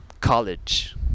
college